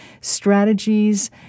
strategies